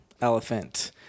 elephant